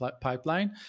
pipeline